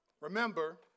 Remember